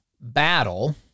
battle